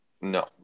No